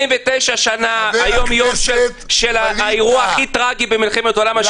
79 שנה לאירוע הכי טרגי במלחמת העולם השנייה.